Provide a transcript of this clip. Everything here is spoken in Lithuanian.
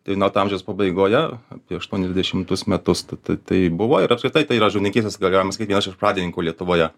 devyniolikto amžiaus pabaigoje apie aštuoniasdešimtus metus ta ta tai buvo ir apskritai tai yra žuvininkystės ga galima sakyt vienas iš pradininkų lietuvoje